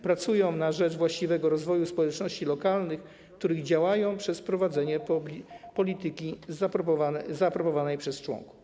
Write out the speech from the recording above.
Pracują na rzecz właściwego rozwoju społeczności lokalnych, w których działają przez prowadzenie polityki zaaprobowanej przez członków.